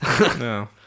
No